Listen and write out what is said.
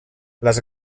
les